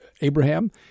Abraham